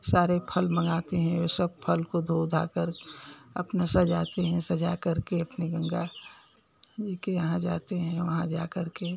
सारे फल मंगाते हैं सब फल को धो धाकर अपना सजाते हैं सजा कर के अपनी गंगा जी के यहाँ जाते हैं वहाँ जाकर के